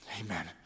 Amen